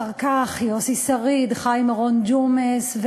אחר כך יוסי שריד וחיים אורון, ג'ומס.